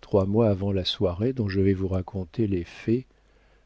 trois mois avant la soirée dont je vais vous raconter les faits